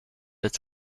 its